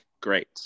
great